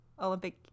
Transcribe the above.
olympic